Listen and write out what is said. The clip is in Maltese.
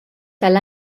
tal